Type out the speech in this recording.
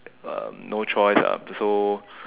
um no choice ah so